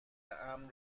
امن